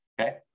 Okay